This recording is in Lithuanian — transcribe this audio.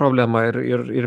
problema ir ir ir